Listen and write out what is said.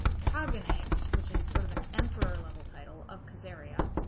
cognate which is sort of an emperor level title of khazaria